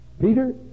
Peter